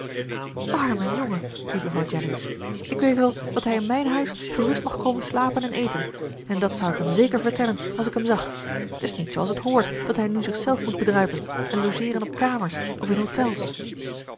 arme jongen riep mevrouw jennings ik weet wel dat hij in mijn huis gerust mag komen slapen en eten en dat zou ik hem zeker vertellen als ik hem zag t is niet zooals t hoort dat hij nu zich zelf moet bedruipen en logeeren op kamers of in hôtels